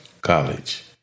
College